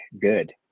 good